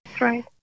Right